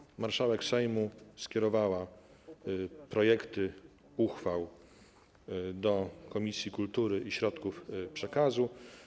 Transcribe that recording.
Wreszcie marszałek Sejmu skierowała projekty uchwał do Komisji Kultury i Środków Przekazu.